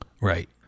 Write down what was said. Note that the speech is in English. Right